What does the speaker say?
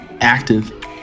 active